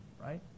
right